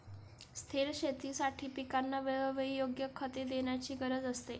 स्थिर शेतीसाठी पिकांना वेळोवेळी योग्य खते देण्याची गरज असते